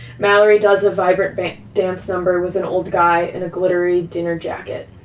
mallory does a vibrant but dance number with an old guy in a glittery dinner jacket.